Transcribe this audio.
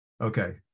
Okay